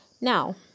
Now